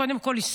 קודם כול,